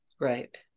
Right